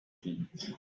feet